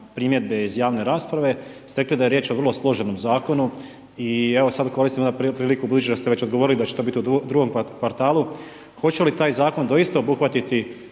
primjedbe iz javne rasprave ste rekli da je riječ o vrlo složenom zakonu i ja sad koristim onda priliku budući da ste već odgovorili da će to bit u drugom kvartalu, hoće li taj zakon doista obuhvatiti